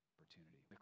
Opportunity